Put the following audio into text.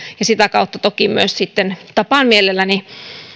ja sitä kautta toki sitten tapaan mielelläni